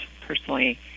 personally